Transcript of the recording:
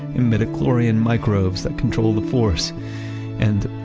and midi-chlorians microbes that control the force and,